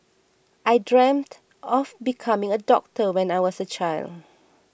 I dreamt of becoming a doctor when I was a child